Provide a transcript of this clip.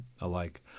alike